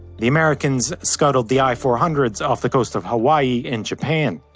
the american's scuttled the i four hundred s off the coast of hawaii and japan.